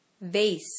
Vase